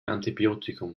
antibiotikum